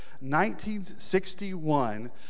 1961